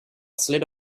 slid